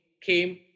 came